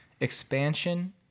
expansion